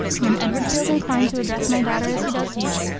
when edward feels inclined to address my daughter as he does you,